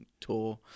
tour